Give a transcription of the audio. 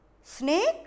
snake